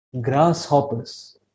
grasshoppers